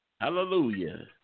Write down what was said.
Hallelujah